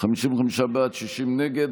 55 בעד, 60 נגד.